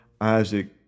Isaac